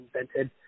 invented